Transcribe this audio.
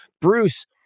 Bruce